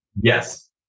yes